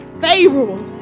favorable